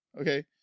Okay